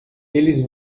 eles